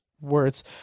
words